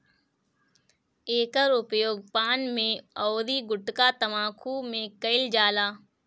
एकर उपयोग पान में अउरी गुठका तम्बाकू में कईल जाला